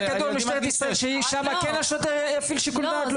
הכדור למשטרת ישראל שהיא כן תפעיל שיקול דעת?